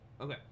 Okay